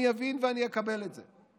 אני אבין ואני אקבל את זה,